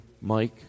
Mike